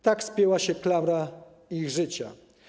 Tak spięła się klamra ich życia.